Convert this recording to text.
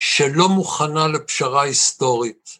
שלא מוכנה לפשרה היסטורית.